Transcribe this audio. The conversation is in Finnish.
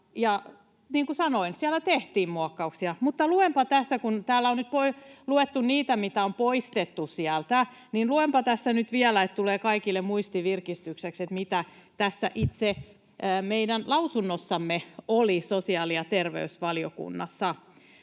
kuin sanoin, siellä tehtiin muokkauksia, mutta luenpa tässä — kun täällä on nyt luettu niitä, mitä on poistettu — nyt vielä kaikille muistin virkistykseksi, mitä tässä itse meidän lausunnossamme sosiaali- ja terveysvaliokunnassa